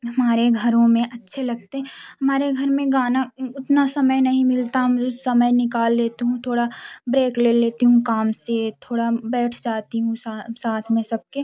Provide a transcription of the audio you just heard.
हमारे घरों में अच्छे लगते मारे घर में गाना उतना समय नहीं मिलता हम लो समय निकाल लेती हूँ थोड़ा ब्रेक ले लेती हूँ काम से थोड़ा बैठ जाती हूँ साथ में सबके